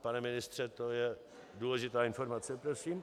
Pane ministře, to je důležitá informace prosím.